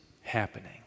happening